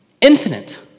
Infinite